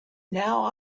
now